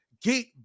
get